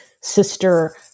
sister